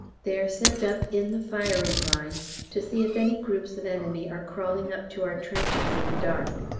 they are sent up in the firing line to see if any groups of enemy are crawling up to our trenches in the dark.